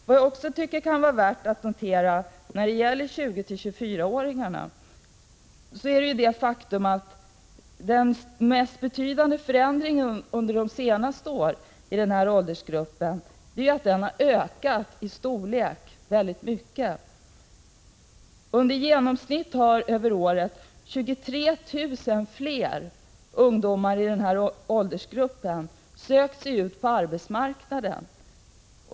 Vad jag också tycker kan vara värt att notera när det gäller 20-24 åringarna är att den mest betydande förändringen under senare år i den åldersgruppen är att den har ökat mycket i storlek. I genomsnitt har under året 23 000 fler ungdomar i den åldersgruppen sökt sig ut på arbetsmarknaden.